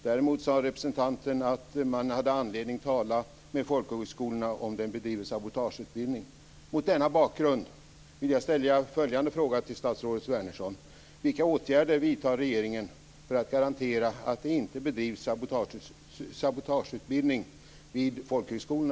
Däremot sade representanten att man har anledning att tala med folkhögskolorna om den bedrivna sabotageutbildningen.